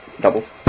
Doubles